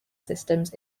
systems